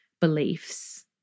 beliefs